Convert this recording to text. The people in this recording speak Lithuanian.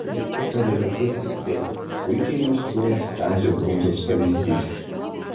kad yra kaip tik taip puikiai iliustruoja stasio brundzos pavyzdys